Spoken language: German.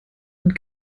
und